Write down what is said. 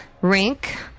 Rink